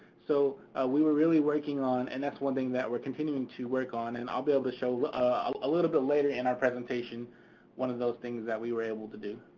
so we were really working on, and that's one thing we're continuing to work on and i'll be able to show a little bit later in our presentation one of those things that we were able to do.